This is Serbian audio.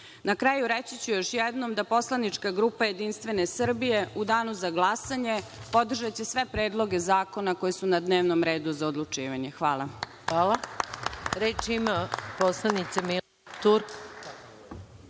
kraju, reći ću još jednom da Poslanička grupa JS u danu za glasanje podržaće sve predloge zakona koji su na dnevnom redu za odlučivanje. Hvala.